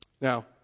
Now